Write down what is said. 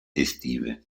estive